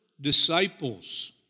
disciples